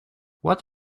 what